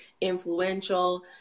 influential